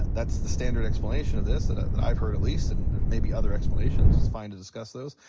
that's the standard explanation of this that i mean i've heard at least, and there's maybe other explanations, it's fine to discuss those.